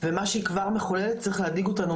ומה שהיא כבר מחוללת צריך להדאיג אותנו